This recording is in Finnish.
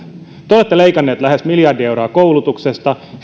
te olette leikanneet lähes miljardi euroa koulutuksesta